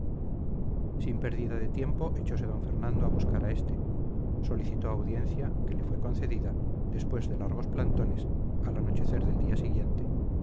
sin pérdida de tiempo echose d fernando a buscar a este solicitó audiencia que le fue concedida después de largos plantones al anochecer del día siguiente